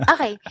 Okay